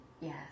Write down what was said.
Yes